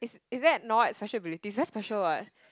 is that not special ability it's very special what